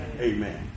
Amen